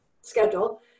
schedule